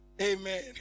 Amen